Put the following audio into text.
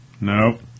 nope